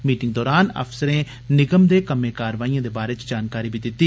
meeting दौरान अफसरें निगम दे कम्में कारवाइएं दे बारै च जानकारी दिती